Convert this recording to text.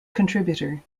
contributor